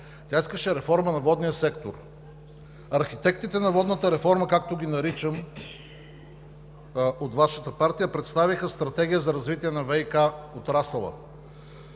Тя искаше реформа на водния сектор. Архитектите на водната реформа, както ги наричам, от Вашата партия представиха Стратегия за развитие на ВиК отрасъла.